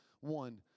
One